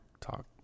talk